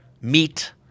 meat